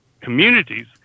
Communities